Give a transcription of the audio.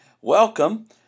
welcome